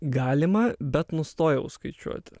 galima bet nustojau skaičiuoti